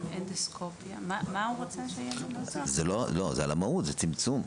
זה על המהות, זה צמצום.